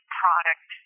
product